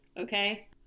okay